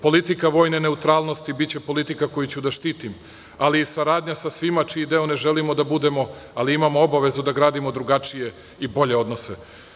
Politika vojne neutralnosti biće politika koju ću da štitim, ali saradnja sa svima čiji deo ne želimo da budemo, ali imamo obavezu da gradimo drugačije i bolje odnose.